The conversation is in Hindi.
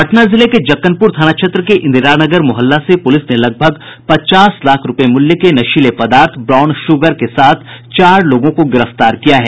पटना जिले के जक्कनपुर थाना क्षेत्र के इंदिरानगर मोहल्ला से पुलिस ने लगभग पचास लाख रूपये मूल्य के नशीले पदार्थ ब्राउन शुगर के साथ चार लोगों को गिरफ्तार किया है